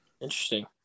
Interesting